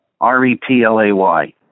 R-E-P-L-A-Y